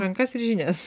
rankas ir žinias